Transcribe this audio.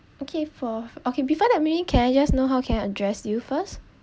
okay for okay before that maybe can I just know how can I address you first